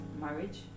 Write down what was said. marriage